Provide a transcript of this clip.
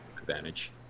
advantage